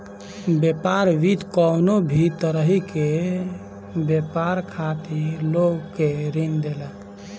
व्यापार वित्त कवनो भी तरही के व्यापार खातिर लोग के ऋण देला